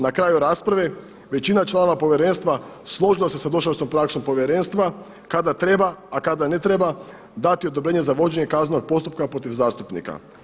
Na kraju rasprave većina članova povjerenstva složilo se sa dosadašnjom praksom povjerenstva kada treba, a kada ne treba dati odobrenje za vođenje kaznenog postupka protiv zastupnika.